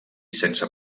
sense